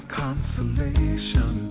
consolation